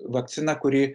vakcina kuri